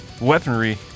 weaponry